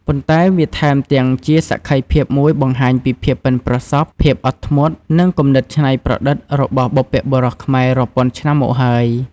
ប៉ុន្តែវាថែមទាំងជាសក្ខីភាពមួយបង្ហាញពីភាពប៉ិនប្រសប់ ភាពអត់ធ្មត់ និងគំនិតច្នៃប្រឌិតរបស់បុព្វបុរសខ្មែររាប់ពាន់ឆ្នាំមកហើយ។